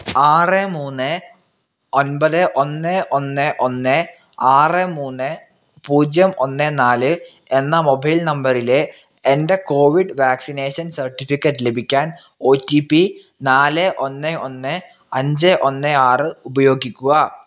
ആറ് മൂന്ന് ഒൻപത് ഒന്ന് ഒന്ന് ഒന്ന് ആറ് മൂന്ന് പൂജ്യം ഒന്ന് നാല് എന്ന മൊബൈൽ നമ്പറിലെ എൻ്റെ കോവിഡ് വാക്സിനേഷൻ സർട്ടിഫിക്കറ്റ് ലഭിക്കാൻ ഒ റ്റി പി നാല് ഒന്നേ ഒന്ന് അഞ്ച് ഒന്ന് ആറ് ഉപയോഗിക്കുക